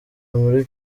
muri